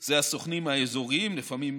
הם הסוכנים האזוריים, ולפעמים